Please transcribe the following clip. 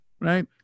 Right